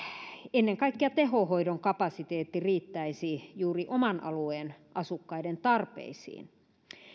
ennen kaikkea tehohoidon kapasiteetti riittäisi juuri oman alueen asukkaiden tarpeisiin